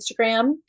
Instagram